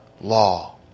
law